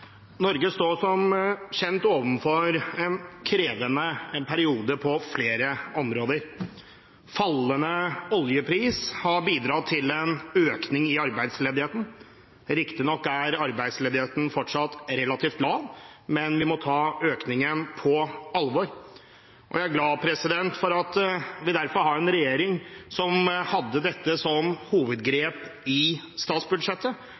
Norge står som kjent overfor en krevende periode på flere områder. Fallende oljepris har bidratt til en økning i arbeidsledigheten. Riktignok er arbeidsledigheten fortsatt relativt lav, men vi må ta økningen på alvor. Jeg er derfor glad for at vi har en regjering som hadde dette som hovedgrep i statsbudsjettet,